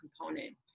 component